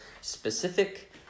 Specific